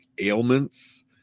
ailments